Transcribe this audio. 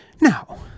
Now